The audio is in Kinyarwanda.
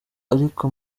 ariko